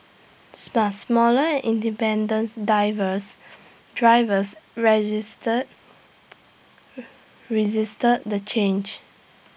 but smaller and independence divers drivers register resisted the change